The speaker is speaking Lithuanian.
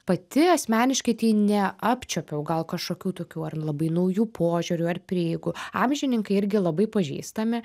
pati asmeniškai tai neapčiuopiau gal kažkokių tokių ar labai naujų požiūrių ar prieigų amžininkai irgi labai pažįstami